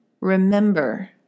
remember